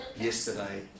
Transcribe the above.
yesterday